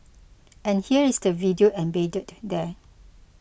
and here is the video embedded there